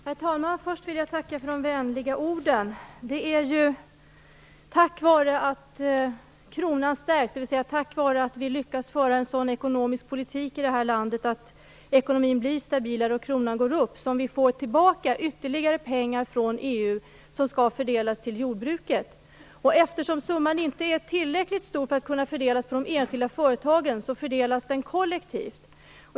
Herr talman! Först vill jag tacka för de vänliga orden. Det är tack vare att kronan stärks, dvs. tack vare att vi lyckas föra en sådan ekonomisk politik i det här landet att ekonomin blir stabilare och kronans värde går upp, som vi får tillbaka ytterligare pengar från EU som skall fördelas till jordbruket. Eftersom summan inte är tillräckligt stor för att kunna fördelas på de enskilda företagen fördelas den kollektivt.